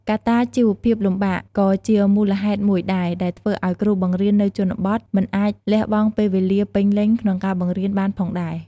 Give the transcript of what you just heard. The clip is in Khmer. កត្តាជីវភាពលំបាកក៏ជាមូលហេតុមួយដែរ ដែលធ្វើឲ្យគ្រូបង្រៀននៅជនបទមិនអាចលះបង់ពេលវេលាពេញលេញក្នុងការបង្រៀនបានផងដែរ។